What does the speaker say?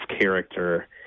character